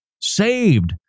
saved